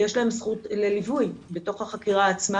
יש להם זכות לליווי בתוך החקירה עצמה